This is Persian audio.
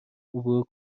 عبور